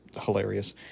hilarious